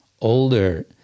older